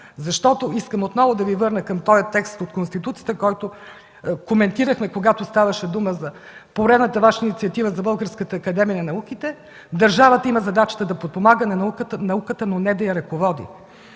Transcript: закон. Искам отново да Ви върна към текста от Конституцията, който коментирахме, когато ставаше дума за поредната Ваша инициатива за Българската академия на науките – държавата има задачата да подпомага науката, но не да я ръководи.